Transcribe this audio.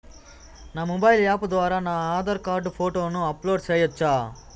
నా mobile app ద్వారా నా ఆధార్ కార్డు ఫోటోను అప్లోడ్ సేయొచ్చా?